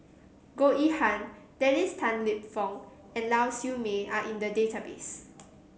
Goh Yihan Dennis Tan Lip Fong and Lau Siew Mei are in the database